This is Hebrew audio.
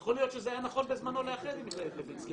יכול להיות שזה היה נכון בזמנו לאחד עם מכללת לוינסקי,